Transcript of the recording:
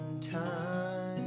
time